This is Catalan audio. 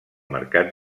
mercat